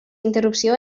interrupció